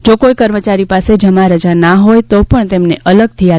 જો કોઈ કર્મચારી પાસે જમા રજા ના હોય તો પણ તેમને અલગથી આ રજા મળશે